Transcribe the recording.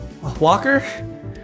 walker